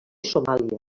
somàlia